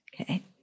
Okay